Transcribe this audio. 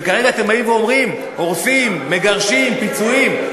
וכרגע אתם באים ואומרים: הורסים, מגרשים, פיצויים.